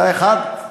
אתה אחד.